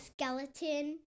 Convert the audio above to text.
skeleton